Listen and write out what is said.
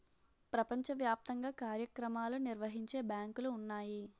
ప్రపంచ వ్యాప్తంగా కార్యక్రమాలు నిర్వహించే బ్యాంకులు ఉన్నాయి